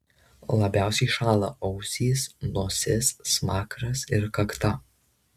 labiausiai šąla ausys nosis smakras ir kakta